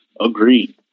Agreed